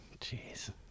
Jeez